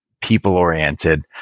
people-oriented